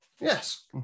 yes